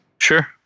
Sure